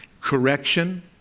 correction